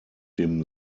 dem